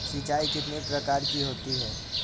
सिंचाई कितनी प्रकार की होती हैं?